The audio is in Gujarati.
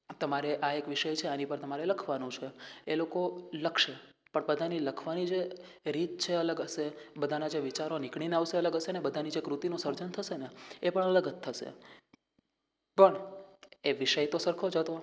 તમારે આ એક વિષય છે આની પર તમારે લખવાનું છે એ લોકો લખશે પણ બધાંની લખવાની જે રીત છે અલગ હશે બધાંના જે વિચારો નીકળીને આવશે એ અલગ હશે ને બધાંની જે કૃતિનું સર્જન થશેને એ પણ અલગ જ થશે પણ એ વિષય તો સરખો જ હતો